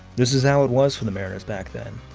this is how it was for the mariners back then.